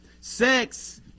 Sex